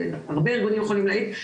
הרבה ארגונים יכולים להגיד,